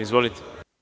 Izvolite.